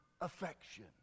affection